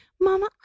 Mama